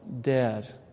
dead